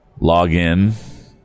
login